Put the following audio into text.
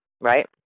right